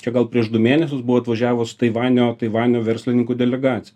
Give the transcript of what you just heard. čia gal prieš du mėnesius buvo atvažiavus taivanio taivanio verslininkų delegacija